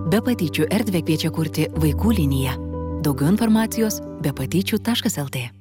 be patyčių erdvę kviečia kurti vaikų liniją daugiau informacijos be patyčių taškas lt